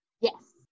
Yes